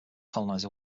colonize